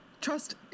Trust